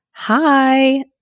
Hi